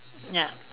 ya